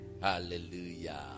Hallelujah